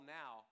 now